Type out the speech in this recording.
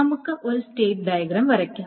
നമുക്ക് ഈ state diagram വരയ്ക്കാം